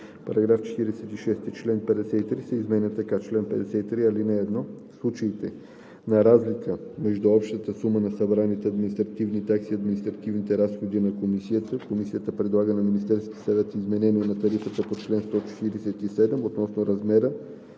§ 46: „§ 46. Член 53 се изменя така: „Чл. 53 (1) В случай на разлика между общата сума на събраните административни такси и административните разходи на Комисията, Комисията предлага на Министерския съвет изменение на тарифата по чл. 147 относно размера